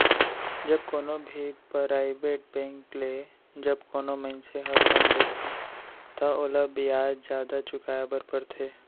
जब कोनो भी पराइबेट बेंक ले जब कोनो मनसे ह लोन लेथे त ओला बियाज जादा चुकाय बर परथे